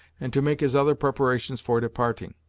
and to make his other preparations for departing.